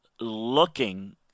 looking